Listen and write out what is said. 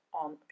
on